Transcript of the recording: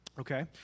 Okay